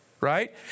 Right